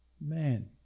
man